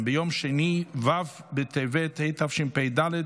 אין מתנגדים, אין נמנעים.